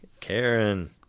Karen